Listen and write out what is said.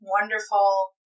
wonderful